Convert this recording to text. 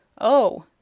Oh